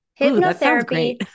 Hypnotherapy